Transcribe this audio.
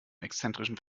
exzentrischen